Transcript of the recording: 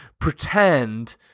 pretend